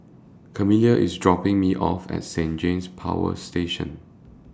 Carmela IS dropping Me off At Saint James Power Station